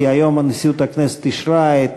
כי היום נשיאות הכנסת אישרה את